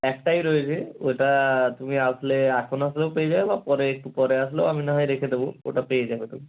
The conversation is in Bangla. একটাই রয়েছে ওটা তুমি আসলে এখন আসলেও পেয়ে যাবে বা পরে একটু পরে আসলেও আমি না হয় রেখে দেব ওটা পেয়ে যাবে তুমি